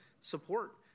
support